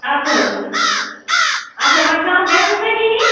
اَر تٲجی اَچھا وۄنۍ کَم گژھٮ۪س نَہ کِہیٖنۍ